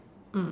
mm